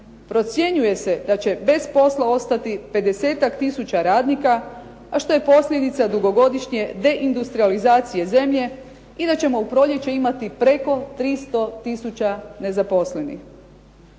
Procjenjuje se da će bez posla ostati 50-ak tisuća radnika, a što je posljedica dugogodišnje deindustrijalizacije zemlje i da ćemo u proljeće imati preko 300 tisuća nezaposlenih.